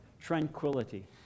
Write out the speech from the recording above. tranquility